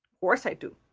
course i do.